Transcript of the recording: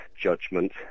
judgment